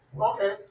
Okay